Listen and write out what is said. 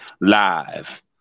live